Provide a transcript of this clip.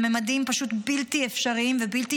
אלה ממדים פשוט בלתי אפשריים ובלתי